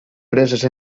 preses